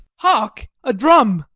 hark! a drum.